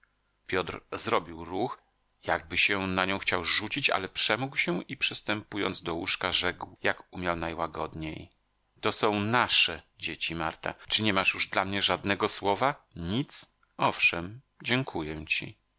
piotr zrobił ruch jakby się na nią chciał rzucić ale przemógł się i przystępując do łóżka rzekł jak umiał najłagodniej to są nasze dzieci marta czy nie masz już dla mnie żadnego słowa nic owszem dziękuję ci